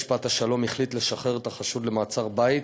בית-משפט השלום החליט לשחרר את החשוד למעצר בית